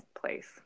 place